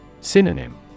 Synonym